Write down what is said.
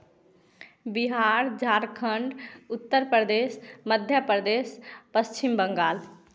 Bihar Jharkhand Uttar Pradesh Madhya Pradesh Paschim Bengal